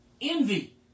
Envy